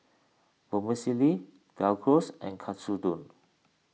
Vermicelli Gyros and Katsudon